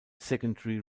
secondary